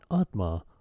Atma